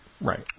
Right